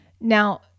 Now